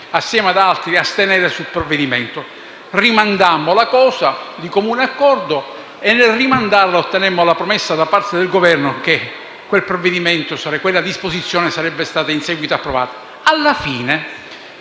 insieme ad altri, astenere sul provvedimento. Rimandammo la cosa di comune accordo e, nel fare ciò, ottenemmo la promessa da parte del Governo che quella disposizione sarebbe stata in seguito approvata.